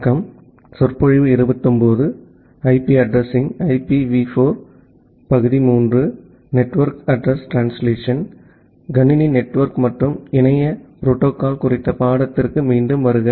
computer network மற்றும் இணைய protocol குறித்த பாடத்திற்கு மீண்டும் வருக